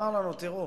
הוא אמר לנו: תראו,